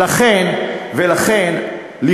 לא, זה לא מה שאמרתי.